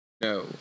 no